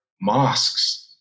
mosques